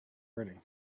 ready